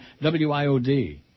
WIOD